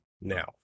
now